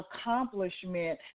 accomplishment